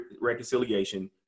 reconciliation